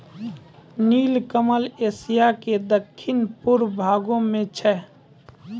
नीलकमल एशिया के दक्खिन पूर्वी भागो मे छै